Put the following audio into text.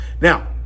Now